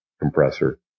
compressor